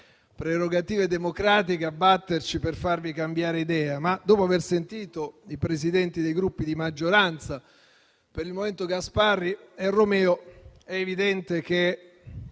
prerogative democratiche, a batterci per farvi cambiare idea, ma dopo aver sentito i Presidenti dei Gruppi di maggioranza, per il momento Gasparri e Romeo, è evidente che,